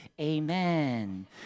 Amen